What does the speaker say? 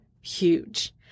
Huge